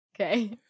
Okay